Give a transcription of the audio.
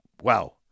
wow